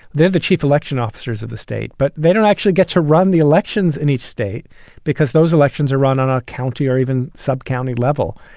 the the chief election officers of the state. but they don't actually get to run the elections in each state because those elections are run on a county or even sub county level.